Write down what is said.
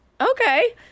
Okay